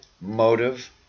motive